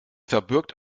verbirgt